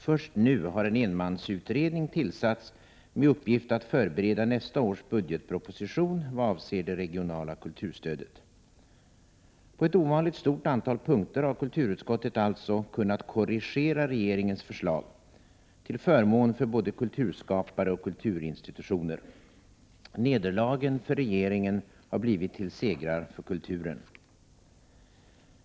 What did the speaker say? Först nu har en enmansutredning tillsatts med uppgift att förbereda nästa års budgetproposition vad avser det regionala kulturstödet. På ett ovanligt stort antal punkter har kulturutskottet alltså kunnat korrigera regeringens förslag — till förmån för både kulturskapare och kulturinstitutioner. Nederlagen för regeringen har blivit till segrar för kulturen.